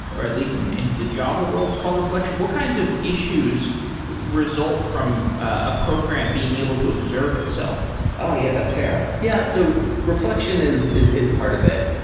or at least in in the java world is called reflection. what kinds of issues result from a program being able to observe itself? oh, yeah. that's fair. yeah. so reflection is is part of it.